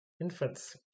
infants